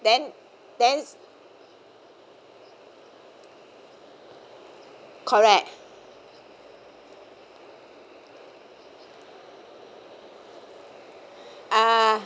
then then correct uh